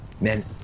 Men